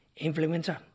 Influencer